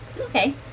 Okay